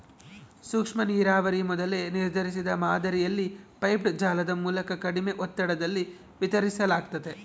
ಸೂಕ್ಷ್ಮನೀರಾವರಿ ಮೊದಲೇ ನಿರ್ಧರಿಸಿದ ಮಾದರಿಯಲ್ಲಿ ಪೈಪ್ಡ್ ಜಾಲದ ಮೂಲಕ ಕಡಿಮೆ ಒತ್ತಡದಲ್ಲಿ ವಿತರಿಸಲಾಗ್ತತೆ